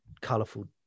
colourful